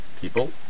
people